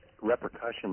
repercussions